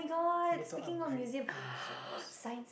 you need to upgrade your museums